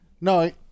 No